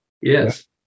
Yes